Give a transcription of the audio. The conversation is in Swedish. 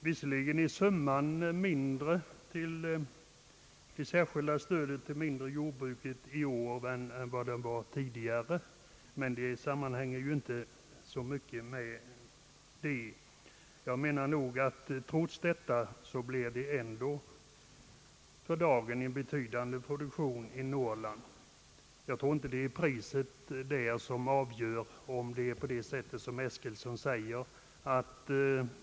Visserligen är den summa som lämnas som stöd till det mindre jordbruket lägre i år än tidigare, men trots detta är produktionen i Norrland betydande i dag. Om som herr Eskilsson säger mjölkproduktionen där har gått ned, tror jag inte att det är priset som varit avgörande.